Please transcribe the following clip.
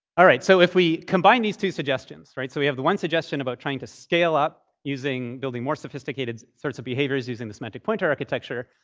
all right. so if we combine these two suggestions, right? so we have the one suggestion about trying to scale up building more sophisticated sorts of behaviors, using the semantic pointer architecture.